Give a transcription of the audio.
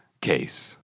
case